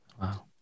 Wow